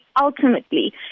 ultimately